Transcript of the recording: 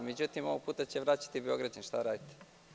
Međutim, ovog puta će vraćati Beograđani, šta da radimo.